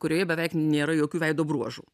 kurioje beveik nėra jokių veido bruožų